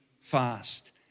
fast